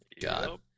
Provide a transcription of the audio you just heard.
God